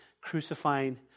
crucifying